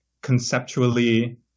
conceptually